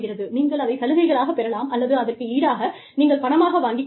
நீங்கள் அதைச் சலுகையாக பெறலாம் அல்லது அதற்கு ஈடாக நீங்கள் பணமாக வாங்கிக் கொள்ளலாம்